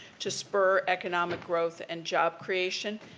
to spur economic growth and job creation.